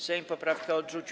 Sejm poprawkę odrzucił.